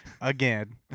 Again